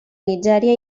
nigèria